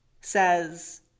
Says